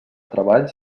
treball